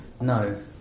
No